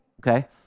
Okay